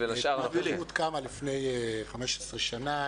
תנועת תרבות קמה לפני 15 שנה.